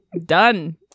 done